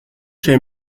chez